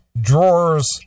drawers